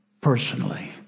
personally